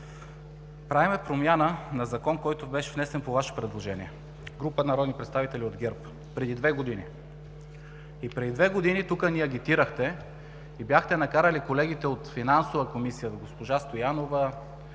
правим промяна на Закон, който беше внесе по Ваше предложение, група народни представители от ГЕРБ, преди две години. Преди две години тук ни агитирахте и бяхте накарали колегите от Финансова комисия – госпожа Стоянова,